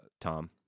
Tom